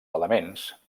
elements